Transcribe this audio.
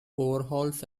overhauls